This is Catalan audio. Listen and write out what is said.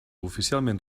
oficialment